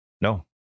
no